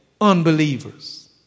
unbelievers